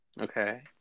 Okay